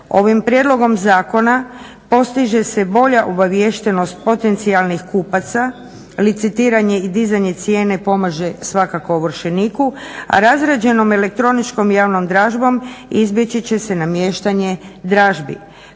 Ovim prijedlogom zakona postiže se bolja obaviještenost potencijalnih kupaca, licitiranje i dizanje cijene pomaže svakako ovršeniku a razrađenom elektroničkom javnom dražbom izbjeći će se namještanje dražbi